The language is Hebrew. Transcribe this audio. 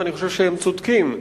ואני חושב שהם צודקים.